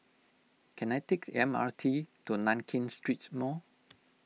can I take the M R T to Nankin Street Mall